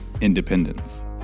Independence